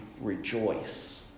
rejoice